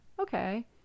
okay